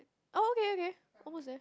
oh okay okay almost there